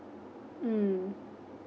mm